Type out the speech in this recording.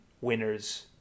winners